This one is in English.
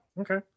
Okay